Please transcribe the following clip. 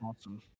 awesome